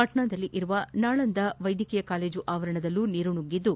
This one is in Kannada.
ಪಾಟ್ನಾದಲ್ಲಿರುವ ನಳಂದ ವೈದ್ಯಕೀಯ ಕಾಲೇಜು ಆವರಣದೊಳಗೂ ನೀರು ನುಗ್ಗಿದ್ದು